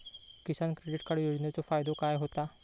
किसान credit card योजनेचो फायदो काय होता?